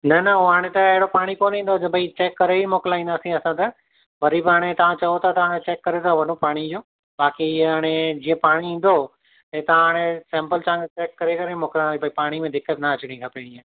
न न हू हाणे त अहिड़ो पाणी कोन ईंदो हाणे जो भई चेक करे ई मोकिलाईंदासीं असां त वरी बि हाणे तव्हां चओ था त हाणे चेक करे था वठूं पाणी इहो बाक़ी ईअं हाणे जीअं पाणी ईंदो त तव्हां हाणे सैम्पल तव्हांखे चेक करे करे मोकिलींदासीं पाणी में हाणे दिक़त न अचिणी खपे हीअं